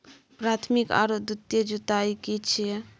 प्राथमिक आरो द्वितीयक जुताई की छिये?